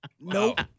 Nope